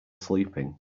sleeping